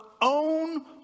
own